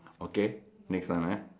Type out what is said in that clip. okay next one ah